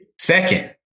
Second